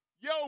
yo